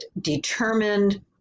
determined